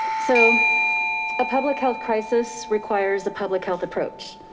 so a public health crisis requires a public health approach.